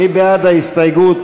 מי בעד ההסתייגות?